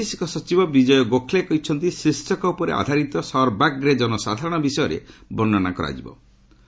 ବୈଦେଶିକ ସଚିବ ବିଜୟ ଗୋଖଲେ କହିଛନ୍ତି ଶୀର୍ଷକ ଉପରେ ଆଧାରିତ ସର୍ବାଗ୍ରେ ଜନସାଧାରଣ ବିଷୟରେ ବର୍ଷନା କରିବେ